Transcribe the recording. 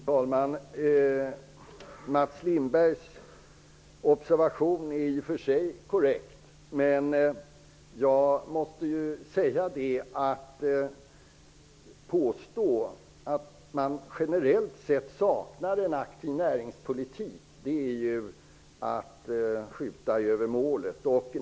Fru talman! Mats Lindbergs observation är i och för sig korrekt, men att påstå att regeringen generellt sett saknar en aktiv näringspolitik är att skjuta över målet.